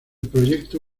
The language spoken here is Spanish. proyecto